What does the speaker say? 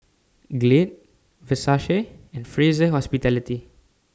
Glade Versace and Fraser Hospitality